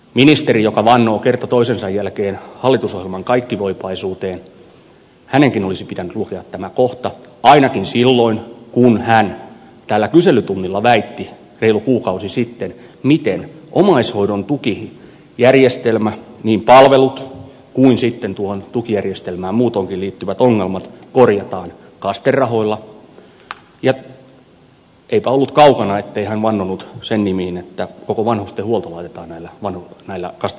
ministerinkin joka vannoo kerta toisensa jälkeen hallitusohjelman kaikkivoipaisuuteen olisi pitänyt lukea tämä kohta ainakin silloin kun hän täällä kyselytunnilla väitti reilu kuukausi sitten miten omaishoidon tukijärjestelmä niin palvelut kuin sitten tuohon tukijärjestelmään muutoinkin liittyvät ongelmat korjataan kaste rahoilla ja eipä ollut kaukana ettei hän vannonut sen nimiin että koko vanhustenhuolto laitetaan näillä kaste rahoilla järjestykseen